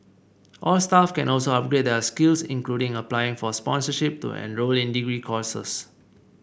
all staff can also upgrade their skills including applying for sponsorship to enrol in degree courses